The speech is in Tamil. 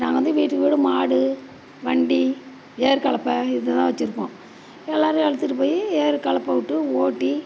நாங்கள் வந்து வீட்டுக்கு வீடு மாடு வண்டி ஏர் கலப்பை இதை தான் வச்சிருப்போம் எல்லாரையும் இழுத்துட்டு போய் ஏர்கலைப்பவுட்டு ஓட்டி